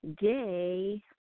day